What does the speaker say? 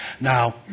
Now